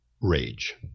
rage